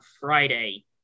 Friday